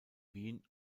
wien